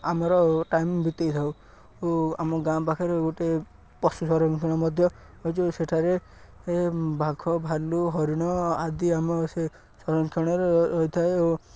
ଆମର ଟାଇମ୍ ବିତାଇଥାଉ ଓ ଆମ ଗାଁ ପାଖରେ ଗୋଟେ ପଶୁ ସଂରକ୍ଷଣ ମଧ୍ୟ ହୋଇଛି ସେଠାରେ ବାଘ ଭାଲୁ ହରିଣ ଆଦି ଆମ ସେ ସଂରକ୍ଷଣରେ ରହିଥାଏ ଓ